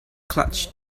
clutch